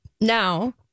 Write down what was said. Now